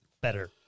Better